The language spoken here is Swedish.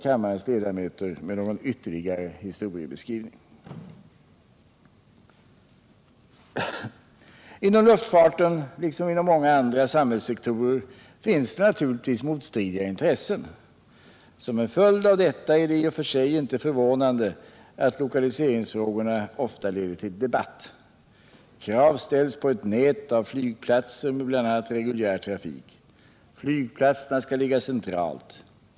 15 december 1977 Inom luftfarten liksom inom många andra samhällssektorer finns det naturligtvis motstridiga intressen. Som en följd av detta är det i och = Flygplatsfrågan i för sig inte förvånande att lokaliseringsfrågorna ofta leder till debatt. Stockholmsregio Krav ställs på ett tätt nät av flygplatser med bl.a. reguljär trafik. Flyg = nen platserna skall ligga centralt.